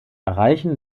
erreichen